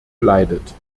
leidet